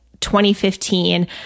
2015